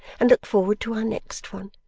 and look forward to our next one.